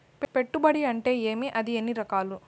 పెట్టుబడి అంటే ఏమి అది ఎన్ని రకాలు